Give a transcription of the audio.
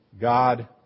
God